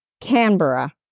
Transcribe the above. Canberra